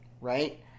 right